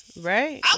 Right